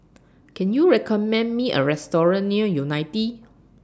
Can YOU recommend Me A Restaurant near Unity